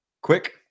quick